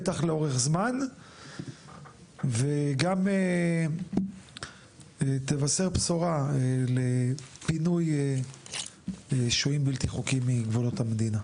בטח לאורך זמן וגם תבשר בשורה לפינוי שוהים בלתי חוקיים מגבולות המדינה,